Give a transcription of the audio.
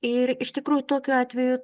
ir iš tikrųjų tokiu atveju